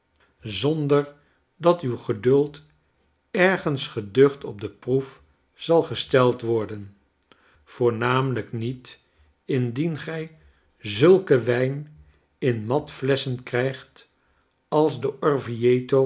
zonder dat uw geduld ergens geducht op de proef zal gesteld worden voornamelyk niet indien gij zulken wijn in mat flesschen krijgt als de